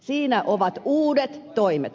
siinä ovat uudet toimet